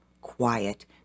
quiet